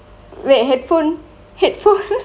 wait headphone headphone